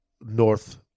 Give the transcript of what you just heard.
North